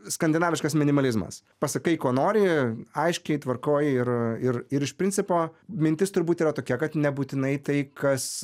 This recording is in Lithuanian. skandinaviškas minimalizmas pasakai ko nori aiškiai tvarkoj ir ir ir iš principo mintis turbūt yra tokia kad nebūtinai tai kas